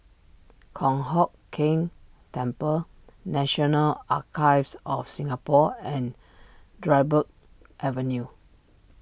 Kong Hock Keng Temple National Archives of Singapore and Dryburgh Avenue